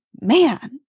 man